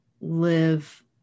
live